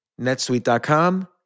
netsuite.com